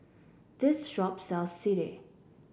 this shop sells Sireh